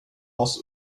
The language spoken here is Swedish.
oss